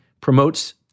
promotes